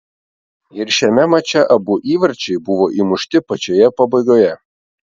ir šiame mače abu įvarčiai buvo įmušti pačioje pabaigoje